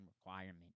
requirement